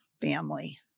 family